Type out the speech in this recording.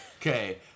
Okay